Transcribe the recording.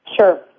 Sure